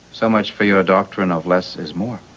so much for your doctrine of less is more,